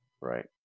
right